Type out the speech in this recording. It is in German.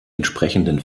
entsprechenden